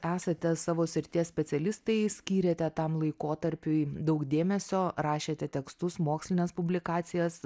esate savo srities specialistai skyrėte tam laikotarpiui daug dėmesio rašėte tekstus mokslines publikacijas